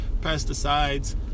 pesticides